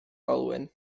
olwyn